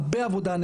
הרבה עבודה,